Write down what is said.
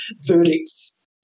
verdicts